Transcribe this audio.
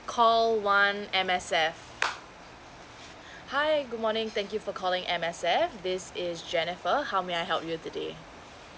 call one M_S_F hi good morning thank you for calling M_S_F this is jennifer how may I help you today